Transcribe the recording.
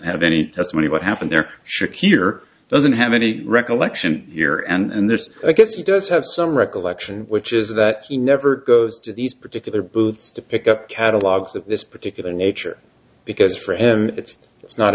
have any testimony of what happened there sure kier doesn't have any recollection here and there's a guess he does have some recollection which is that he never goes to these particular booths to pick up catalogues of this particular nature because for him it's it's not